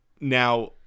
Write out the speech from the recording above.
Now